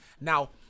Now